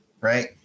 right